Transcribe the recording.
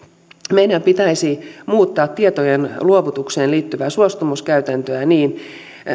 meidän pitäisi muuttaa tietojen luovutukseen liittyvää suostumuskäytäntöä niin